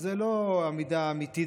אז זו לא עמידה אמיתית,